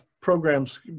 programs